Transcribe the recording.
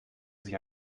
sich